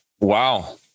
Wow